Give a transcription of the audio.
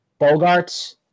Bogarts